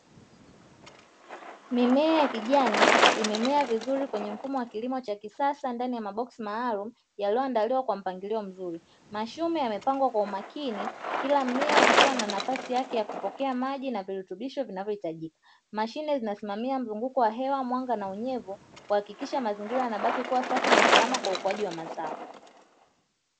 Mimea ya kijani imemea vizuri kwenye mfumo wa kilimo cha kisasa ndani ya maboksi maalumu yaliyoandaliwa kwa mpangilio mzuri, mashimo yamepangwa kwa umakini kila mmea ukiwa na nafasi yake ya kupokea maji na virutubisho vinavyohitajika, mashine zinasimamia mzunguko wa hewa mwanga na unyevu kuhakikisha mazingira yanabaki kuwa safi na salama kwa ukuaji wa mazao.